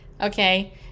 Okay